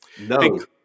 No